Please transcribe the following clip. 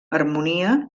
harmonia